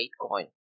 bitcoin